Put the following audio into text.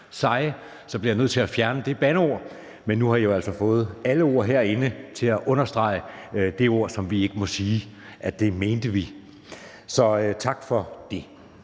seje, var jeg nødt til at fjerne det bandeord. Men nu har I jo altså fået alle ordene i forhold til at understrege det, som vi ikke må sige, men som vi mener. Så tak for det.